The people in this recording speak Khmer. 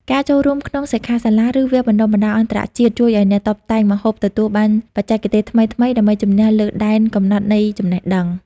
ការចូលរួមក្នុងសិក្ខាសាលា ឬវគ្គបណ្តុះបណ្តាលអន្តរជាតិជួយឱ្យអ្នកតុបតែងម្ហូបទទួលបានបច្ចេកទេសថ្មីៗដើម្បីជំនះលើដែនកំណត់នៃចំណេះដឹង។